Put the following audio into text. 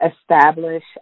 establish